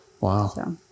Wow